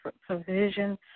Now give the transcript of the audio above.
provision